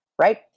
right